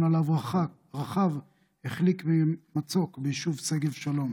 שעליו רכב החליק ממצוק ביישוב שגב שלום.